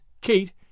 Kate